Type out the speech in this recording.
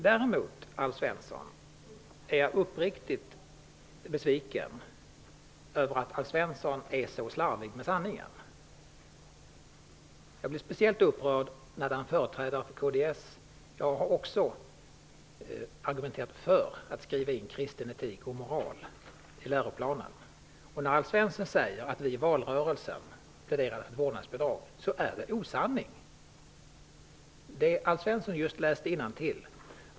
Däremot är jag uppriktigt besviken över att Alf Svensson är så slarvig med sanningen. Jag blir speciellt upprörd, eftersom han företräder kds. Jag har argumenterat för att skriva in kristen etik och moral i läroplanen. Alf Svensson säger att vi i valrörelsen pläderade för vårdnadsbidrag. Det är osanning.